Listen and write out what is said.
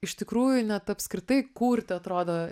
iš tikrųjų net apskritai kurti atrodo